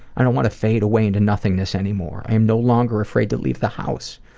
i don't want to fade away into nothingness anymore. i am no longer afraid to leave the house.